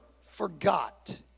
forgot